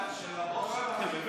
יכול להיות?